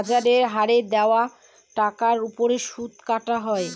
বাজার হারে দেওয়া টাকার ওপর সুদ কাটা হয়